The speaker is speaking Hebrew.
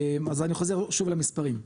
אז אני חוזר שוב למספרים: